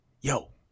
yo